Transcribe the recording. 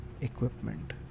equipment